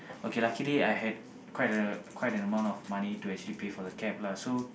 okay luckily I had quite a quite an amount of money to actually pay for the cab lah so